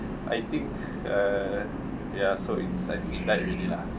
I think uh ya so in fact it died already lah